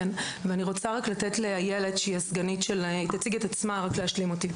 איילת תשלים אותי.